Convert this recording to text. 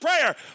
prayer